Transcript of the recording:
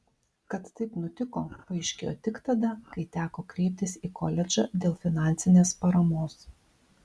kad taip nutiko paaiškėjo tik tada kai teko kreiptis į koledžą dėl finansinės paramos